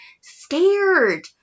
scared